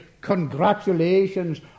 congratulations